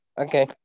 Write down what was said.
Okay